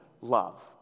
love